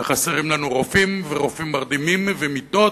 וחסרים לנו רופאים ורופאים מרדימים ומיטות.